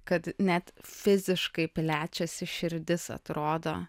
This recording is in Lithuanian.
kad net fiziškai plečiasi širdis atrodo